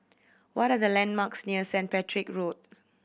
what are the landmarks near Saint Patrick Road